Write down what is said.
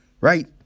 right